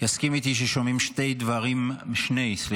יסכים איתי ששומעים שני דברים מרכזיים.